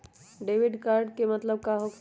Debit card के का मतलब होकेला?